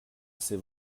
c’est